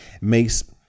Makes